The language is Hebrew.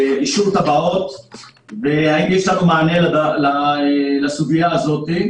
אישור טבעות והאם יש לנו מענה לסוגיה הזאת.